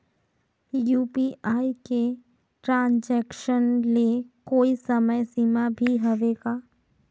UPI के transaction ले कोई समय सीमा भी हवे का?